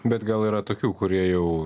bet gal yra tokių kurie jau